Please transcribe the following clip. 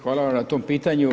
Hvala vam na tom pitanju.